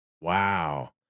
Wow